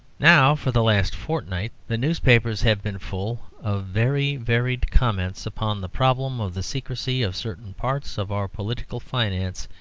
now, for the last fortnight the newspapers have been full of very varied comments upon the problem of the secrecy of certain parts of our political finance,